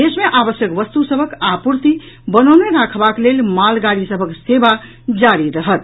देश मे आवश्यक वस्तु सभक आपूर्ति बनौने राखबाक लेल मालगाड़ी सभक सेवा जारी रहत